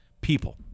people